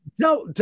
tell